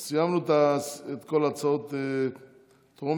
אז סיימנו את כל ההצעות הטרומיות.